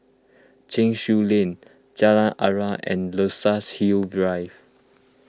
Cheng Soon Lane Jalan Aruan and Luxus Hill Drive